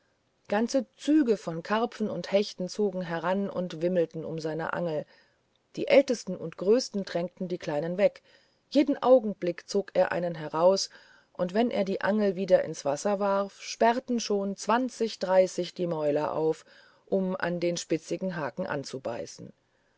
ganze züge von karpfen und hechten zogen heran und wimmelten um seine angel die ältesten und größten drängten die kleinen weg jeden augenblick zog er einen heraus und wenn er die angel wieder ins wasser warf sperrten schon zwanzig dreißig die mäuler auf um an den spitzigen haken anzubeißen